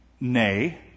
nay